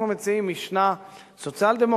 אנחנו מציעים משנה סוציאל-דמוקרטית,